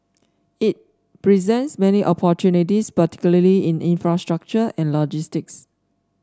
it presents many opportunities particularly in infrastructure and logistics